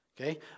Okay